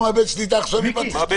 זה אני ראיתי